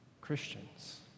Christians